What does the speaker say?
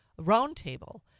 roundtable